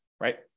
right